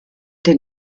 denn